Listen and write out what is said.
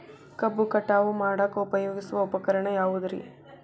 ಕಬ್ಬು ಕಟಾವು ಮಾಡಾಕ ಉಪಯೋಗಿಸುವ ಉಪಕರಣ ಯಾವುದರೇ?